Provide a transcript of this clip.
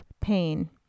pain